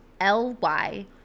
L-Y